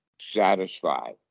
satisfied